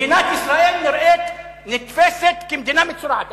מדינת ישראל נתפסת כמדינה מצורעת.